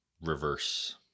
reverse